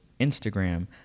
Instagram